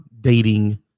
dating